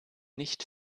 nicht